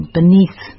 beneath